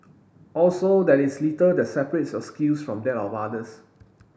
also there is little that separates your skills from that of others